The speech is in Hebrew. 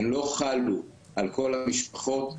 הן לא חלו על כל המשפחות,